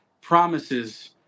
Promises